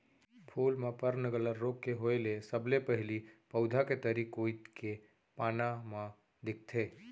फूल म पर्नगलन रोग के होय ले सबले पहिली पउधा के तरी कोइत के पाना म दिखथे